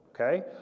Okay